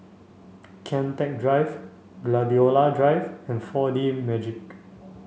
Kian Teck Drive Gladiola Drive and four D Magix